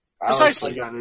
Precisely